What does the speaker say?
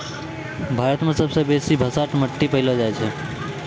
भारत मे सबसे बेसी भसाठ मट्टी पैलो जाय छै